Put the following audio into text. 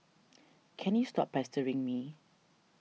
can you stop pestering me